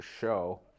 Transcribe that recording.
show